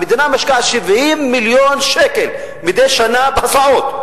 המדינה משקיעה 70 מיליון שקל מדי שנה בהסעות.